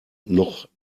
noch